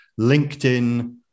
LinkedIn